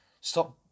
Stop